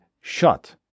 shut